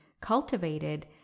cultivated